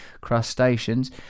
crustaceans